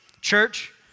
Church